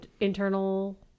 internal